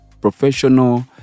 professional